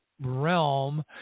realm